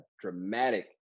dramatic